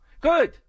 Good